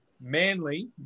Manly